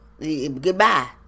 Goodbye